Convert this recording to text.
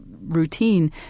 routine